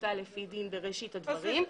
מסמכותה לפי דין" בראשית הדברים.